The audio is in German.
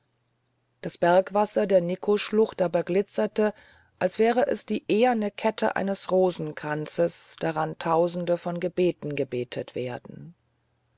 das bergwasser der nikkoschlucht aber glitzerte als wäre es die eherne kette eines rosenkranzes daran tausende von gebeten gebetet werden